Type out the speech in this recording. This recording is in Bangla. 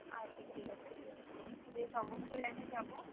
আচ্ছা ঠিক আছে ঠিক আছে বেশ অবশ্যই আমি যাব